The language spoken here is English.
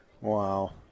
Wow